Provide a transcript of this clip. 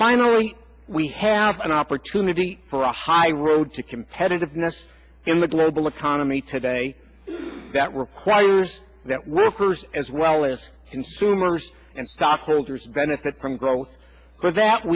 finally we have an opportunity for a high road to competitiveness in the global economy today that requires that workers as well as consumers and stockholders benefit from growth for that